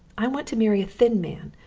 i want to marry a thin man,